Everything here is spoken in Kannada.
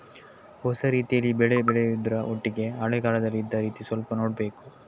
ಹೊಸ ರೀತಿಯಲ್ಲಿ ಬೆಳೆ ಬೆಳೆಯುದ್ರ ಒಟ್ಟಿಗೆ ಹಳೆ ಕಾಲದಲ್ಲಿ ಇದ್ದ ರೀತಿ ಸ್ವಲ್ಪ ನೋಡ್ಬೇಕು